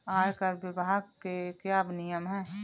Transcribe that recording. आयकर विभाग के क्या नियम हैं?